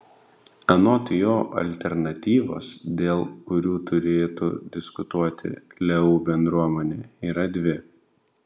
anot jo alternatyvos dėl kurių turėtų diskutuoti leu bendruomenė yra dvi